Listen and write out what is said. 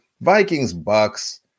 Vikings-Bucks